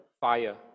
fire